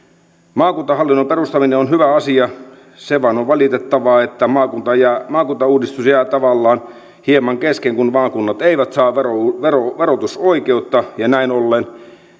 maakuntahallinnon perustaminen on hyvä asia se vain on valitettavaa että maakuntauudistus jää tavallaan hieman kesken kun maakunnat eivät saa verotusoikeutta ja näin ollen